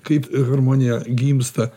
kaip harmonija gimsta